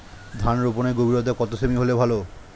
ধান রোপনের গভীরতা কত সেমি হলে ভালো?